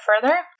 further